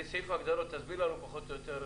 לסעיף ההגדרות, תסביר פחות או יותר,